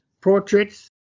portraits